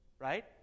Right